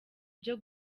byo